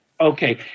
Okay